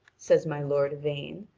says my lord yvain,